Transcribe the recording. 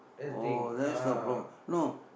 oh that's the problem no